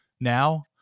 now